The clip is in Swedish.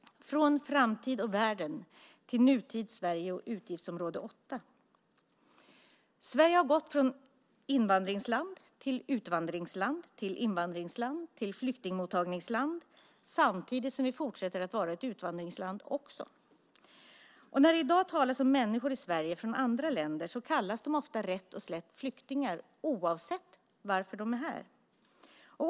Från framtid och världen till nutid i Sverige och utgiftsområde 8. Sverige har gått från invandringsland till utvandringsland till invandringsland till flyktingmottagningsland samtidigt som vi fortsätter att vara ett utvandringsland också. När det i dag talas om människor i Sverige från andra länder kallas de ofta rätt och slätt flyktingar oavsett varför de är här.